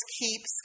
keeps